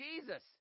Jesus